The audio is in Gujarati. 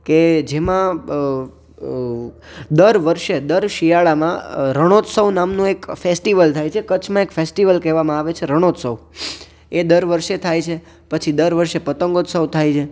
કે જેમાં દર વર્ષે દર શિયાળામાં રણોત્સવ નામનો એક ફેસ્ટિવલ થાય છે કચ્છમાં એક ફેસ્ટિવલ કહેવામાં આવે છે રણોત્સવ એ દર વર્ષે થાય છે પછી દર વર્ષે પતંગોત્સવ થાય છે